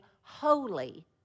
holy